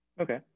Okay